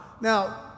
Now